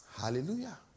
Hallelujah